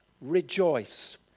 rejoice